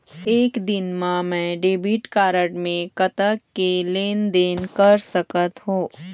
एक दिन मा मैं डेबिट कारड मे कतक के लेन देन कर सकत हो?